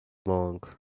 monk